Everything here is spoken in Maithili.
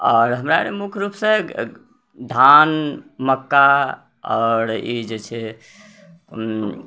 आओर हमरा आर मुख्य रूप सँ धान मक्का आओर ई जे छै